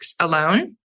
alone